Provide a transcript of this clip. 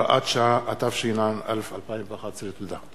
(הוראת שעה), התשע"א 2011. תודה.